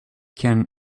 can